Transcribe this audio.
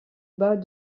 bas